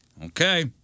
Okay